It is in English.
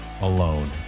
alone